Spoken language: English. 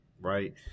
right